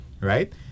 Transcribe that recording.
Right